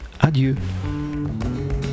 adieu